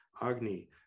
Agni